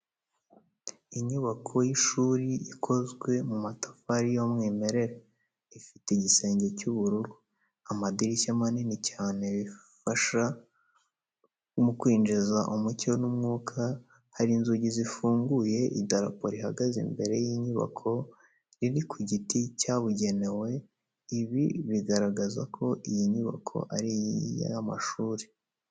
Inyubako y’ishuri ikozwe mu matafari y’umwimerere. Ifite igisenge cy'ubururu. Amadirishya manini cyane, bifasha mu kwinjiza umucyo n’umwuka. Hari inzugi zifunguye, idarapo rihagaze imbere y’inyubako, riri ku giti cyabugenewe. Ibi bigaragaza ko iyi nyubako ari iy'amashuri.